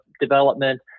development